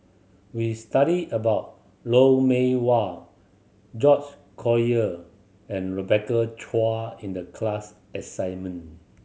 we studied about Lou Mee Wah George Collyer and Rebecca Chua in the class assignment